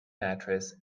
mattress